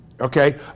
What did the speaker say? okay